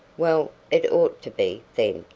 well, it ought to be, then!